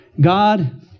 God